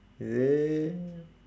is it